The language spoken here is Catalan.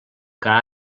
que